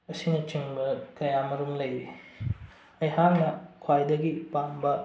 ꯑꯁꯤꯅꯆꯤꯡꯕ ꯀꯌꯥ ꯃꯔꯨꯝ ꯂꯩꯔꯤ ꯑꯩꯍꯥꯛꯅ ꯈ꯭ꯋꯥꯏꯗꯒꯤ ꯄꯥꯝꯕ